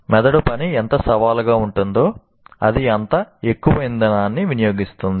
మెదడు పని ఎంత సవాలుగా ఉంటుందో అది అంత ఎక్కువ ఇంధనాన్ని వినియోగిస్తుంది